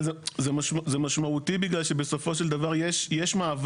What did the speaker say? אבל זה משמעותי בגלל שבסופו של דבר יש מעבר,